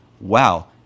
wow